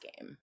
game